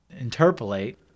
interpolate